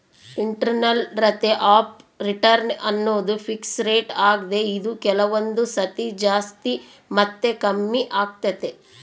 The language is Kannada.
ಇಂಟರ್ನಲ್ ರತೆ ಅಫ್ ರಿಟರ್ನ್ ಅನ್ನೋದು ಪಿಕ್ಸ್ ರೇಟ್ ಆಗ್ದೆ ಇದು ಕೆಲವೊಂದು ಸತಿ ಜಾಸ್ತಿ ಮತ್ತೆ ಕಮ್ಮಿಆಗ್ತೈತೆ